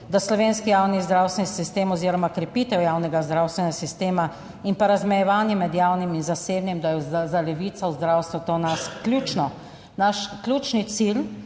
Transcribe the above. da slovenski javni zdravstveni sistem oziroma krepitev javnega zdravstvenega sistema in pa razmejevanje med javnim in zasebnim, da je za Levico v zdravstvu to nas ključno. Naš ključni cilj